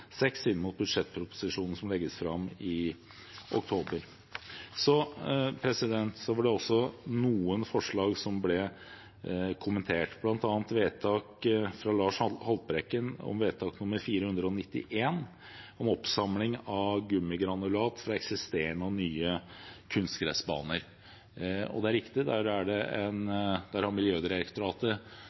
seks, inn mot budsjettproposisjonen som legges fram i oktober. Noen forslag ble kommentert, bl.a. av Lars Haltbrekken når det gjelder vedtak 491, om oppsamling av gummigranulat fra eksisterende og nye kunstgressbaner. Det er riktig at Miljødirektoratet har lagt fram et forslag om en forskrift om kunstgressbaner. Nå har